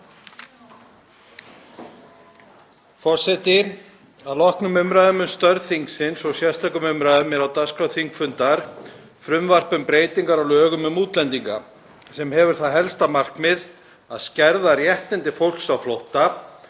Forseti. Að loknum umræðum um störf þingsins og sérstökum umræðum er á dagskrá þingfundar frumvarp um breytingar á lögum um útlendinga sem hefur það helsta markmið að skerða réttindi fólks á flótta